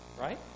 right